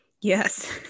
yes